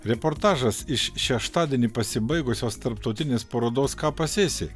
reportažas iš šeštadienį pasibaigusios tarptautinės parodos ką pasėsi